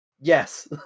Yes